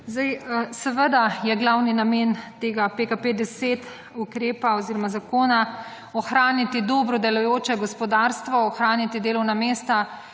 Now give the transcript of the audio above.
Seveda je glavni namen tega PKP10 ukrepa oziroma zakona ohraniti dobro delujoče gospodarstvo, ohraniti delovna mesta